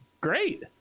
Great